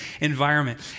environment